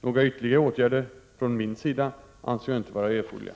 Några ytterligare åtgärder, från min sida, anser jag inte vara erforderliga.